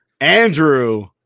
andrew